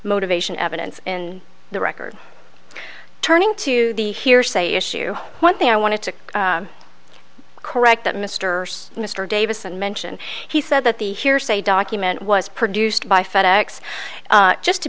motivation evidence in the record turning to the hearsay issue one thing i wanted to correct that mr mr davis and mention he said that the hearsay document was produced by fed ex just to